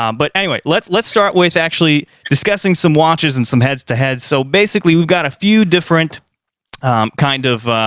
um but anyway. let's let's start with actually discussing some watches and some heads to head. so basically, we've got a few different kind of